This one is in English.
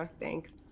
Thanks